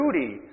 duty